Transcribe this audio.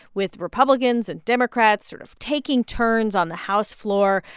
with republicans and democrats sort of taking turns on the house floor,